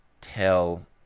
tell